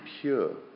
pure